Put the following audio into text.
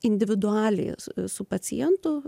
individualiai su pacientu